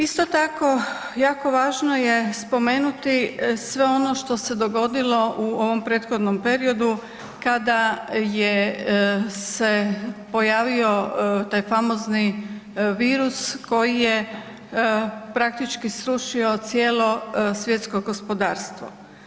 Isto tako jako važno je spomenuti sve ono što se dogodilo u ovom prethodnom periodu kada je se pojavio taj famozni virus koji je praktički srušio cijelo svjetsko gospodarstvo.